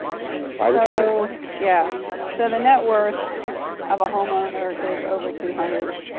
like yeah so the net worth of a homeowner is over two hundred,